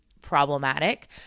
problematic